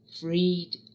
freed